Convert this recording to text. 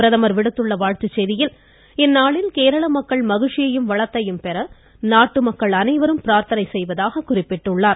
பிரதமர் விடுத்துள்ள வாழ்த்துச் செய்தியில் இந்நாளில் கேரள மக்கள் மகிழ்ச்சியையும் வளத்தையும் பெற நாட்டு மக்கள் அனைவரும் பிரார்த்தனை செய்வதாக கூறினார்